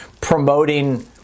promoting